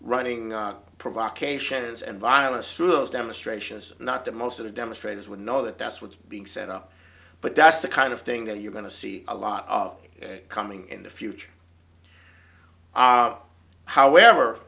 shyness and violence through those demonstrations not to most of the demonstrators would know that that's what's being set up but that's the kind of thing that you're going to see a lot of it coming in the future however